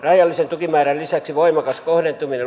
rajallisen tukimäärän lisäksi voimakas kohdentuminen